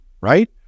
right